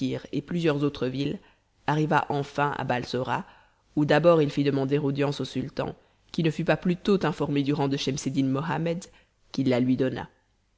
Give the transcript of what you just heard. et plusieurs autres villes arriva enfin à balsora où d'abord il fit demander audience au sultan qui ne fut pas plus tôt informé du rang de schemseddin mohammed qu'il la lui donna